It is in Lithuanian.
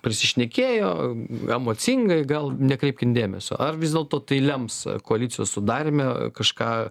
prisišnekėjo emocingai gal nekreipkim dėmesio ar vis dėlto tai lems koalicijos sudaryme kažką